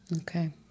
Okay